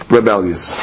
Rebellious